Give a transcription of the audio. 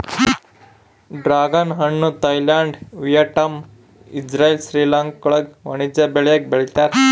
dragon ಹಣ್ಣು Thailand Vietnam Israel ಶ್ರೀಲಂಕಾಗುಳಾಗ ವಾಣಿಜ್ಯ ಬೆಳೆಯಾಗಿ ಬೆಳೀತಾರ